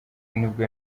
nibwo